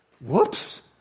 whoops